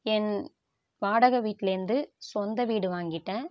என் வாடகை வீட்டிலேந்து சொந்த வீடு வாங்கிட்டேன்